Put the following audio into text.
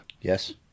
Yes